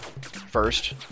first